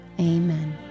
amen